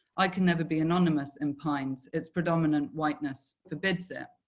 i can never be anonymous in pines, its predominant whiteness forbids it.